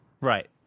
Right